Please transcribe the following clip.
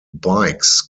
bikes